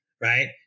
Right